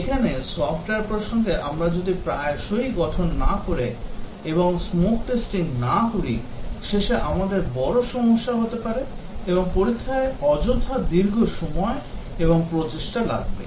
এখানে সফ্টওয়্যার প্রসঙ্গে আমরা যদি প্রায়শই গঠন না করে এবং smoke testing না করি শেষে আমাদের বড় সমস্যা হতে পারে এবং পরীক্ষায় অযথা দীর্ঘ সময় এবং প্রচেষ্টা লাগবে